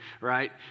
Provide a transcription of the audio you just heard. right